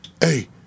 hey